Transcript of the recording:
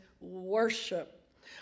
worship